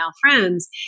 friends